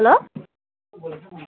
hello